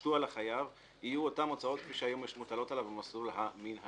שיושתו על החייב יהיו אותן הוצאות כפי שהיו מוטלות עליו במסלול המינהלי.